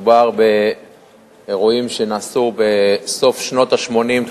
מדובר באירועים שהיו בסוף שנות ה-80,